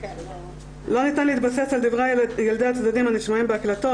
"לא ניתן להתבסס על דברי ילדי הצדדים הנשמעים בהקלטות,